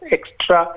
Extra